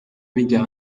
bijya